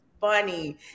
funny